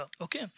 okay